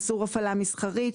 אסור הפעלה מסחרית,